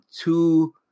two